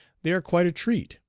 they are quite a treat.